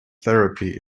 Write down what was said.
therapy